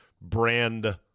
brand